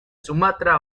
sumatra